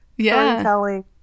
storytelling